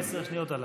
עשר שניות עליי.